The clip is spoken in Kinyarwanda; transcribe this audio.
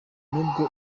n’ubwo